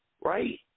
right